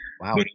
Wow